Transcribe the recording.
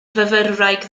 fyfyrwraig